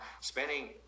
spending